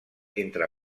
entre